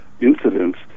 incidents